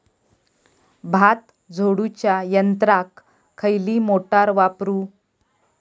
भात झोडूच्या यंत्राक खयली मोटार वापरू?